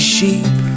Sheep